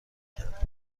کرد